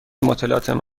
متلاطم